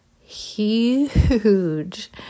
huge